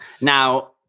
now